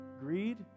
Greed